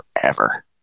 forever